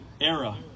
era